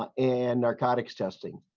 and narcotics testing.